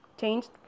changed